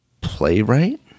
Playwright